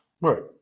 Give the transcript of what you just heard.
right